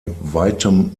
weitem